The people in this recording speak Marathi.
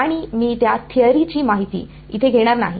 आणि मी त्या थेअरीची माहिती इथे घेणार नाही